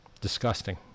Disgusting